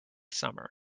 summer